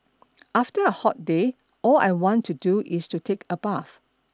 after a hot day all I want to do is to take a bath